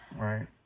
Right